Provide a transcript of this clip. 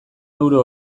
euro